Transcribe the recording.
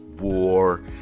War